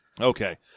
Okay